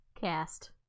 cast